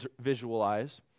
visualize